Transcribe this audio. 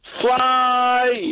Fly